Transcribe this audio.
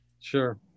Sure